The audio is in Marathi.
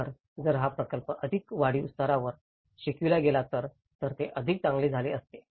तर जर हाच प्रकल्प अधिक वाढीव स्तरावर शिकविला गेला असेल तर ते अधिक चांगले झाले असते